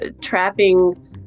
trapping